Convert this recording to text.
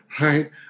right